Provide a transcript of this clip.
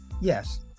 Yes